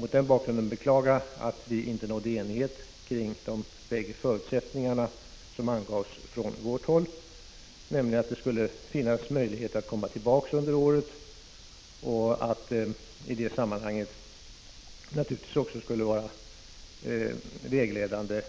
Mot den bakgrunden beklagar jag att vi inte nådde enighet kring de bägge förutsättningar som angavs från vårt håll, nämligen att det skulle finnas möjlighet att komma tillbaka under året och att det i det sammanhanget naturligtvis skulle vara vägledande